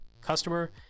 customer